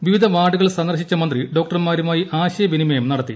വിവിധ വാർഡുകൾ സന്ദർശിച്ച മന്ത്രി ഡോക്ടർമാരുമായി ആശയവിനിമം നടത്തി